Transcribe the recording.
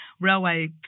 railway